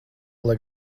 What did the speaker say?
lai